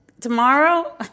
tomorrow